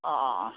অঁ অ